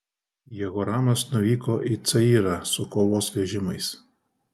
jehoramas nuvyko į cayrą su kovos vežimais